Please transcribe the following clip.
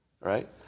Right